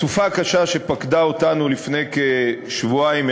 הסופה הקשה שפקדה אותנו לפני כשבועיים היא